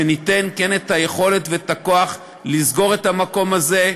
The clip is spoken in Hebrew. לתת את היכולת והכוח לסגור את המקום הזה.